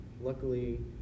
Luckily